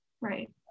right